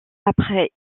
après